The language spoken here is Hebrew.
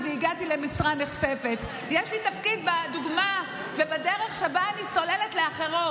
ומקימות תנועה ואומרות: למה לא נותנים לנו להיבחר?